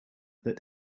that